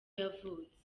yavutse